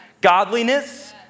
godliness